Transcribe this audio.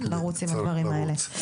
לרוץ עם הדברים האלה.